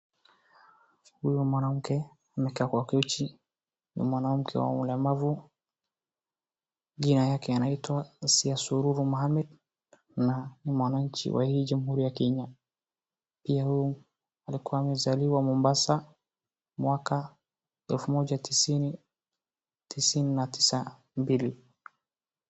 Huyu mwanamke amekaa kwa kiti ni mwanamke wa ulemavu jina yake anaitwa Asiya Suluhu Mohammed na ni mwanachi wa hii jamuhuri ya Kenya. Pia huu anakuwa amezaliwa Mombasa mwaka elfu moja tisini, tisini na tisa mbili.